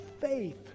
faith